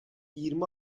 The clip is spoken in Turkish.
yirmi